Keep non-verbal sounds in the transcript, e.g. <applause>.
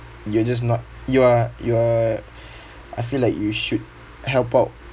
you're just not you are you are <breath> I feel like you should help out